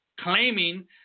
claiming